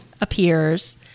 appears